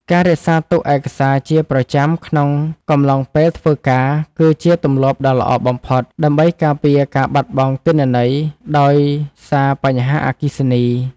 ការរក្សាទុកឯកសារជាប្រចាំក្នុងកំឡុងពេលធ្វើការគឺជាទម្លាប់ដ៏ល្អបំផុត ដើម្បីការពារការបាត់បង់ទិន្នន័យដោយសារបញ្ហាអគ្គិសនី។